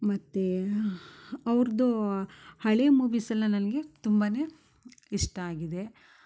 ಮತ್ತು ಅವ್ರ್ದೂ ಹಳೆ ಮೂವಿಸೆಲ್ಲ ನನಗೆ ತುಂಬನೆ ಇಷ್ಟ ಆಗಿದೆ